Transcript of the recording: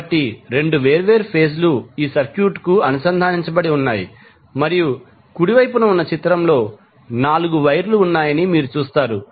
కాబట్టి 2 వేర్వేరు ఫేజ్ లు ఈ సర్క్యూట్కు అనుసంధానించబడి ఉన్నాయి మరియు కుడి వైపున ఉన్న ఈ చిత్రంలో 4 వైర్ లు ఉన్నాయని మీరు చూస్తారు